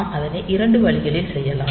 நாம் அதனை 2 வழிகளில் செய்யலாம்